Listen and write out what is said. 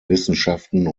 wissenschaften